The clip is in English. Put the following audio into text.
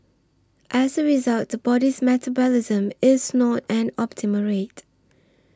as a result the body's metabolism is not an optimal rate